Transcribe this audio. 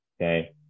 Okay